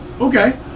Okay